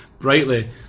brightly